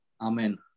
Amen